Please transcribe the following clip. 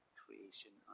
creation